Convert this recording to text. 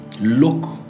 Look